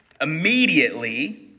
Immediately